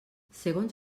segons